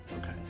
Okay